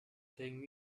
playing